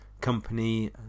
company